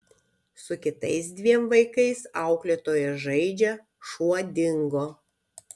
su kitais dviem vaikais auklėtoja žaidžia šuo dingo